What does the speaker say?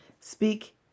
Speak